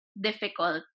difficult